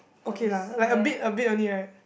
okay lah like a bit a bit only right